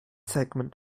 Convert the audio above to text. segment